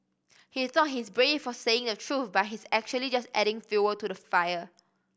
he thought he's brave for saying the truth but he's actually just adding fuel to the fire